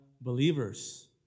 believers